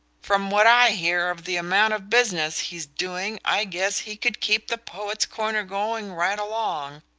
from what i hear of the amount of business he's doing i guess he could keep the poet's corner going right along.